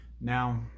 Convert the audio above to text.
Now